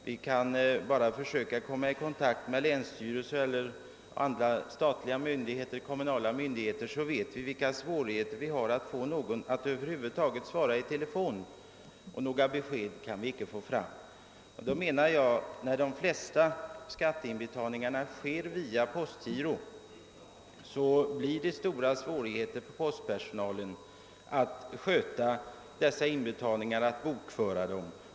Man behöver bara försöka komma i kontakt med någon länsstyrelse eller annan statlig eller kommunal myndighet under semestertiden för att märka svårigheterna att över huvud taget få svar per telefon, och några besked kan icke lämnas. Eftersom de flesta skatteinbetalningarna verkställes via postgiro, uppstår det också stora svårigheter för postpersonalen att sköta dessa inbetalningar och att bokföra dem.